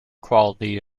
quality